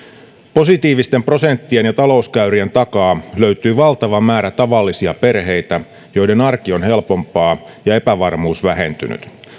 positiivisten prosenttien ja talouskäyrien takaa löytyy valtava määrä tavallisia perheitä joiden arki on helpompaa ja epävarmuus vähentynyt